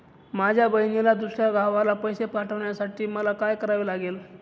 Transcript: माझ्या बहिणीला दुसऱ्या गावाला पैसे पाठवण्यासाठी मला काय करावे लागेल?